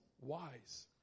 wise